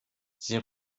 sie